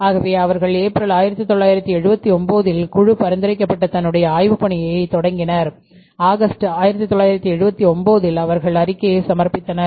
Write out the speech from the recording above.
ஆகவே அவர்கள் ஏப்ரல் 1979 இல் குழு நிறுவப்பட்ட தன்னுடைய ஆய்வு பணியை தொடங்கினர் ஆகஸ்ட் 1979 இல் அவர்கள் அறிக்கையைத் சமர்ப்பித்தனர்